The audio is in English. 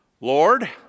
Lord